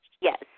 Yes